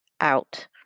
out